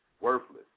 worthless